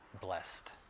blessed